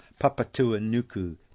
Papatuanuku